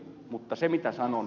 mutta se mitä sanon